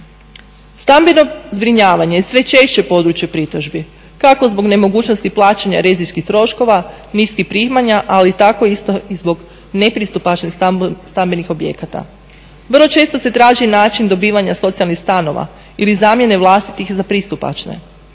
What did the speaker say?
Stambeno zbrinjavanje je sve češće područje pritužbi, kako zbog nemogućnosti plaćanja režijskih troškova, niskih primanja, ali tako isto i zbog nepristupačnih stambenih objekata. Vrlo često se traži način dobivanja socijalnih stanova ili zamjene vlastitih za pristupačne.